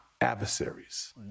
adversaries